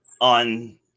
on